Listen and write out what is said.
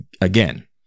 again